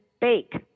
bake